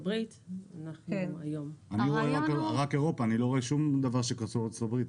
אני רואה רק אירופה ואני לא רואה שום דבר שקשור לארצות הברית.